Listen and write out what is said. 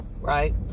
right